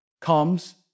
comes